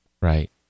Right